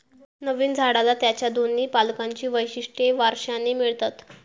नवीन झाडाला त्याच्या दोन्ही पालकांची वैशिष्ट्ये वारशाने मिळतात